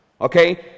Okay